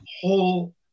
whole